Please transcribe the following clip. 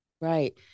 Right